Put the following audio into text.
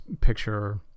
picture